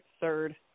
third